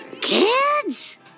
Kids